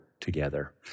together